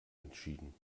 entschieden